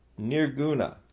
Nirguna